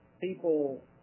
people